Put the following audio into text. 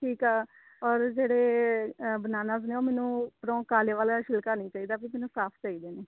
ਠੀਕ ਆ ਔਰ ਜਿਹੜੇ ਅ ਬਨਾਨਾਜ਼ ਨੇ ਉਹ ਮੈਨੂੰ ਉੱਪਰੋਂ ਕਾਲੇ ਵਾਲਾ ਛਿਲਕਾ ਨਹੀਂ ਚਾਹੀਦਾ ਵੀ ਮੈਨੂੰ ਸਾਫ਼ ਚਾਹੀਦੇ ਨੇ